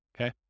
okay